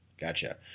Gotcha